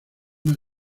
más